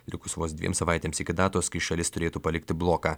likus vos dviem savaitėms iki datos kai šalis turėtų palikti bloką